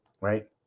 right